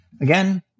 Again